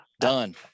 Done